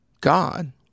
God